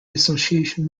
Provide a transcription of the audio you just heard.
association